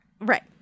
Right